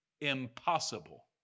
impossible